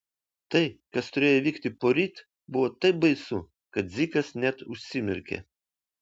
tai kas turėjo įvykti poryt buvo taip baisu kad dzikas net užsimerkė